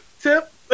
tip